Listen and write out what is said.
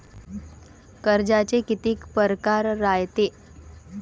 कर्जाचे कितीक परकार रायते?